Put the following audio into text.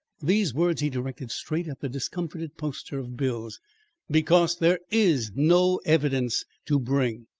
these words he directed straight at the discomfited poster of bills because there is no evidence to bring.